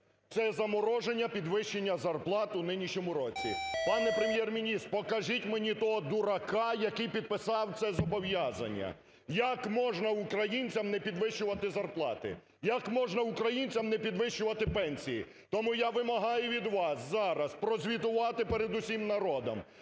це замороження підвищення зарплат у нинішньому році. Пане Прем'єр-міністр, покажіть мені того дурака, який підписав це зобов'язання. Як можна українцям не підвищувати зарплати?! Як можна українцям не підвищувати пенсії?! Тому я вимагаю від вас зараз прозвітувати перед усім народом,